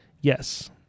Yes